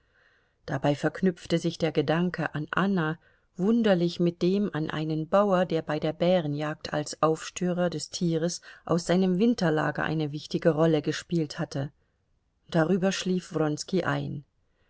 dabei verknüpfte sich der gedanke an anna wunderlich mit dem an einen bauer der bei der bärenjagd als aufstörer des tieres aus seinem winterlager eine wichtige rolle gespielt hatte darüber schlief wronski ein